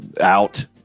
out